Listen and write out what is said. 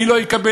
מי לא יקבל,